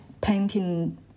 painting